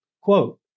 Quote